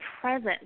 present